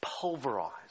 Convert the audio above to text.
pulverized